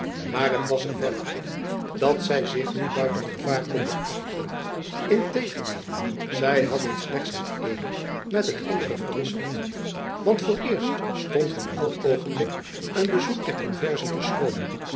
maar het was er verre af dat zij zich nu buiten gevaar konden achten integendeel zij hadden slechts het eene met het andere verwisseld want vooreerst stond hun elk oogenblik een bezoek der conversen te schromen